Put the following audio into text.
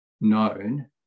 known